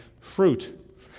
fruit